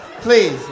Please